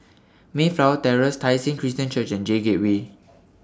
Mayflower Terrace Tai Seng Christian Church and J Gateway